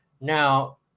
Now